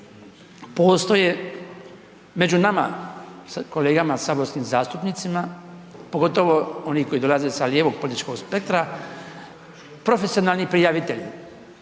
postoje među nama kolegama saborskim zastupnicima, pogotovo onih koji dolaze sa lijevog političkog spektra, profesionalni prijavitelji,